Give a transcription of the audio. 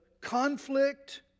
conflict